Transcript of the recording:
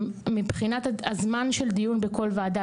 מבחינת הזמן של דיון בכל ועדה,